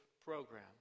program